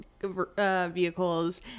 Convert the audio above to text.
vehicles